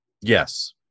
Yes